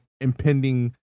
impending